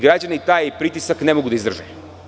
Građani taj pritisak ne mogu da izdrže.